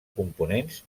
components